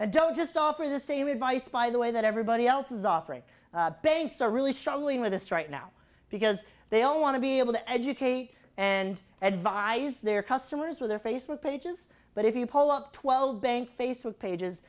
and don't just offer the same advice by the way that everybody else is offering banks are really struggling with this right now because they don't want to be able to educate and advise their customers with their facebook pages but if you pull up twelve bank face with pages